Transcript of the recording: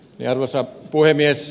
arvoisa puhemies